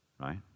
Right